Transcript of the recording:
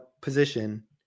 position